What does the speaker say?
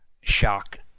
shock